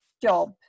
job